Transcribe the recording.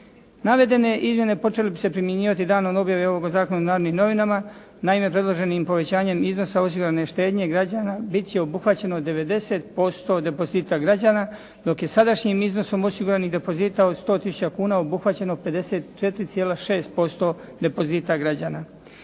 Navedene izmjene počele bi se primjenjivati danom objave ovoga zakona u "Narodnim novinama". Naime, predloženim povećanjem iznosa osigurane štednje građana bit će obuhvaćeno 90% depozita građana, dok je sadašnjim iznosom osiguranih depozita od 100 tisuća kuna obuhvaćeno 54,6% depozita građana.